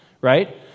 Right